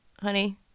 honey